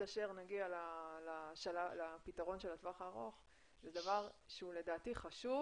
אשר נגיע לפתרון של הטווח הארוך זה דבר שהוא לדעתי חשוב